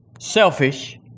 selfish